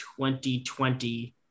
2020